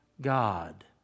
God